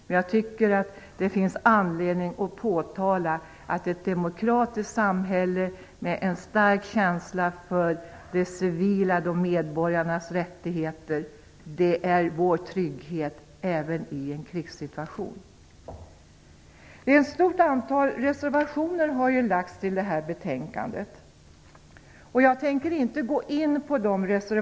Men jag tycker att det finns anledning att påtala att ett demokratiskt samhälle med en stark känsla för medborgarnas rättigheter är vår trygghet även i en krigssituation. Ett stort antal reservationer har fogats till det här betänkandet. Jag tänker inte gå in på dem.